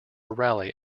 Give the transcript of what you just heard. rally